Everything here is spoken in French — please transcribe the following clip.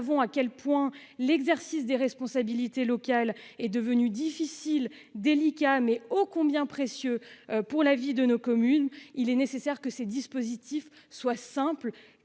à quel point l'exercice des responsabilités locales est devenue difficile, délicat mais ô combien précieux pour la vie de nos communes. Il est nécessaire que ces dispositifs soient simple